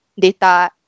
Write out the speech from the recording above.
data